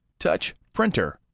touch printer,